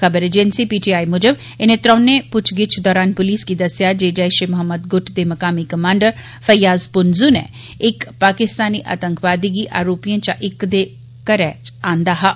खबर agency PTI मुजब इनें त्रौनें पुच्छगिच्छ दौरान पुलस गी दस्सेआ ऐ जे जैशे मोहम्मद गुट दे मुकामी कमांडर फैयाज़ पुनजू नै इक पाकिस्तानी आतंकवादी गी आरोपिएं चा इक दे घरै च आंदा हा